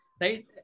right